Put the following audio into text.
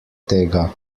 tega